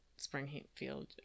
springfield